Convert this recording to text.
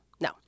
no